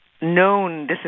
known